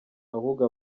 ahubwo